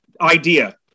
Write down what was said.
idea